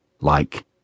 Like